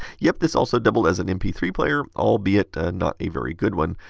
yep, this also doubled as an m p three player, albeit not a very good one.